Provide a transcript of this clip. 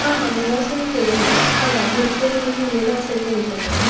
हां हां मघाशी मी केलेला बघा भूर्के म्हणून लिहिलेलं असेल तुमच्याकडे